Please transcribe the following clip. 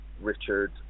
Richard